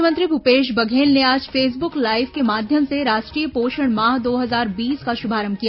मुख्यमंत्री भूपेश बघेल ने आज फेसबुक लाईव के माध्यम से राष्ट्रीय पोषण माह दो हजार बीस का शुमारंभ किया